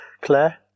Claire